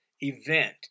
event